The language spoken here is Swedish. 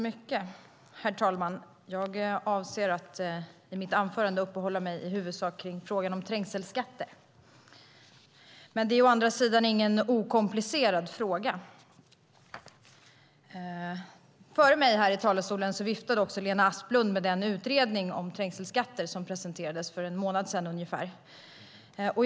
Herr talman! Jag avser att i mitt anförande i huvudsak uppehålla mig vid frågan om trängselskatter. Det är å andra sidan inte någon okomplicerad fråga. Före mig här i talarstolen viftade Lena Asplund med den utredning om trängselskatter som presenterades för ungefär en månad sedan.